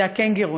זה הקנגורו,